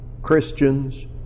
Christians